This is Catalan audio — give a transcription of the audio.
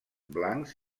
blancs